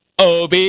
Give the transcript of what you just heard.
Ob